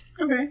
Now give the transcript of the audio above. Okay